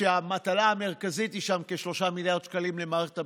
והמטלה המרכזית שם היא כ-3 מיליארד שקלים למערכת הביטחון,